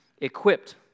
Equipped